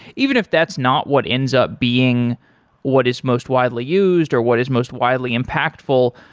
even if that's not what ends up being what is most widely used, or what is most widely impactful.